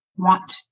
want